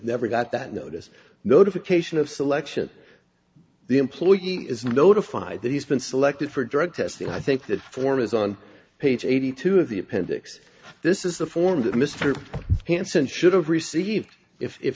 never got that notice notification of selection the employee is notified that he's been selected for a drug test and i think that form is on page eighty two of the appendix this is the form that mr hanssen should have received if